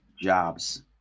jobs